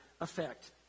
effect